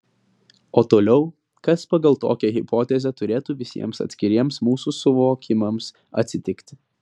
o toliau kas pagal tokią hipotezę turėtų visiems atskiriems mūsų suvokimams atsitikti